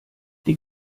die